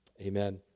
amen